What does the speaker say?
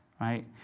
right